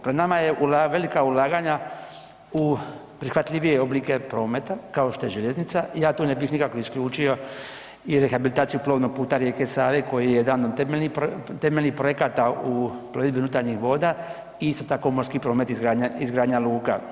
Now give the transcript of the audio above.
Pred nama je velika ulaganja u prihvatljivije oblike prometa kao što je željeznica, ja tu nikako ne bih nikako isključio i rehabilitaciju plovnog puta rijeke Save koji je jedan od temeljenih projekata u plovidbi unutarnjih voda i isto tako morski promet izgradnja luka.